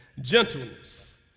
gentleness